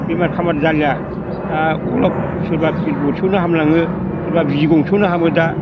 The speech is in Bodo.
बेमार खामार जालिया दा अलब सोरबा बरि गरसेयावनो हामलाङो सोरबा बिजि गंसेयावनो हामो दा